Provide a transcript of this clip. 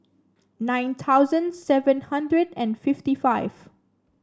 nine thousand seven hundred and fifty five